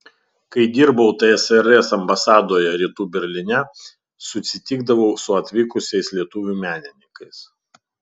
kai dirbau tsrs ambasadoje rytų berlyne susitikdavau su atvykusiais lietuvių menininkais